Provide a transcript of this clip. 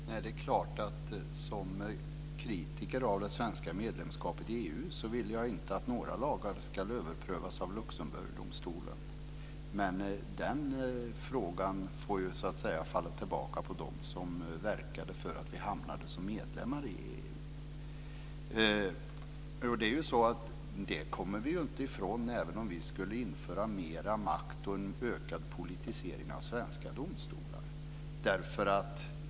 Fru talman! Det är klart att jag som kritiker av det svenska medlemskapet i EU inte vill att några lagar ska överprövas av Luxemburgdomstolen. Men den frågan får falla tillbaka på dem som verkande för att vi hamnade som medlemmar i EU. Det kommer vi inte ifrån även om vi skulle införa mer makt och en ökad politisering av svenska domstolar.